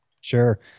Sure